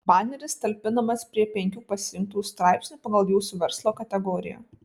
baneris talpinamas prie penkių pasirinktų straipsnių pagal jūsų verslo kategoriją